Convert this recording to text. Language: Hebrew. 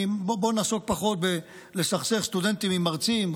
בואו נעסוק פחות בלסכסך סטודנטים עם מרצים,